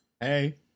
Hey